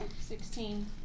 Sixteen